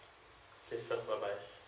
okay thanks bye bye